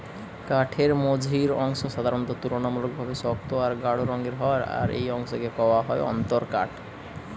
কাঠের মঝির অংশ সাধারণত তুলনামূলকভাবে শক্ত আর গাঢ় রঙের হয় আর এই অংশকে কওয়া হয় অন্তরকাঠ